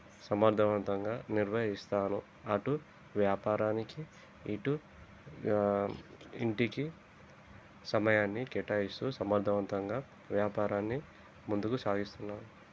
సమర్థవంతంగా నిర్వహిస్తాను అటు వ్యాపారానికి ఇటు ఇంటికి సమయాన్నికేటాయిస్తూ సమర్ధవంతంగా వ్యాపారాన్ని ముందుకు సాగిస్తున్న